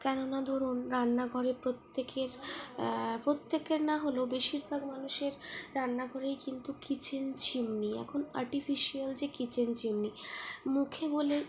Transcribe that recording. কেননা ধরুন রান্নাঘরে প্রত্যেকের প্রত্যেকের না হলেও বেশিরভাগ মানুষের রান্না ঘরেই কিন্তু কিচেন চিমনি এখন আর্টিফিসিয়াল যে কিচেন চিমনি